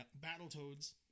Battletoads